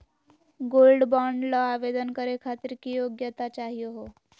Gold bond ल आवेदन करे खातीर की योग्यता चाहियो हो?